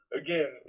again